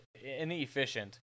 inefficient